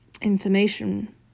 information